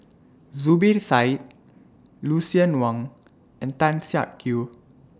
Zubir Said Lucien Wang and Tan Siak Kew